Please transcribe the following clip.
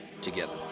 together